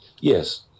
Yes